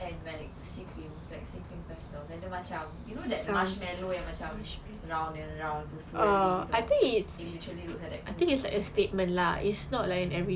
and like sea creams like sea cream pastels and dia macam you know that marshmallow and macam round gitu swirly gitu it literally looks at that considering the pathway is not